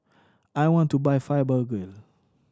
I want to buy Fibogel